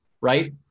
right